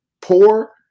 poor